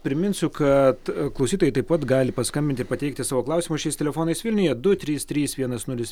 priminsiu kad klausytojai taip pat gali paskambinti ir pateikti savo klausimus šiais telefonais vilniuje du trys trys vienas nulis